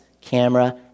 camera